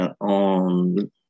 on